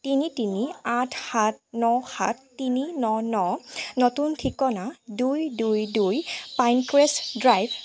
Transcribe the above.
তিনি তিনি আঠ সাত ন সাত তিনি ন ন নতুন ঠিকনা দুই দুই দুই পাইনক্ৰেষ্ট ড্ৰাইভ